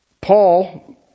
Paul